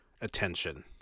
attention